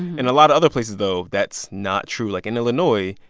in a lot of other places, though, that's not true. like in illinois,